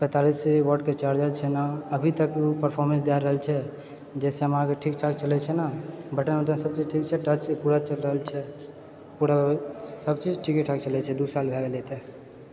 पैंतालीस वाटके चार्जर छै नहि अभीतक ओ परफार्मेन्स दए रहल छै जहिसँ हमराके ठीक चार्ज चलए छै नहि बटन वटन सबचीज ठीक छै टच पूरा चलि रहल छै पूरा सबचीज ठीकेठाक चलि रहल छै दू साल भए गेले तऽ